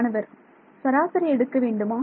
மாணவர் சராசரி எடுக்க வேண்டுமா